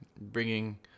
bringing